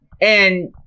And-